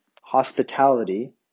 hospitality